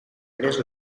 berez